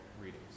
readings